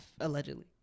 allegedly